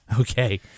Okay